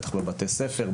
בטח בבתי הספר,